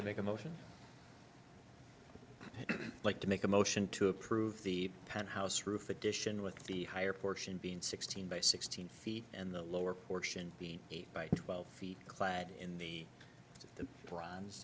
to make a motion like to make a motion to approve the penthouse roof addition with be higher portion being sixteen by sixteen feet and the lower portion being eight by twelve feet clad in the bronze